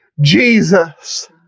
Jesus